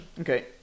Okay